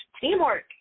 Teamwork